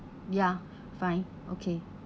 ya fine okay